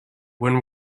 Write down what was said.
when